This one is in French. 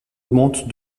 augmente